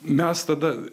mes tada